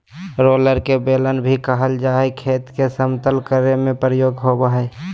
roller के बेलन भी कहल जा हई, खेत के समतल करे में प्रयोग होवअ हई